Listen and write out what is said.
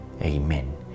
Amen